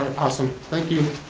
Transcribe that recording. awesome, thank you.